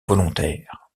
volontaires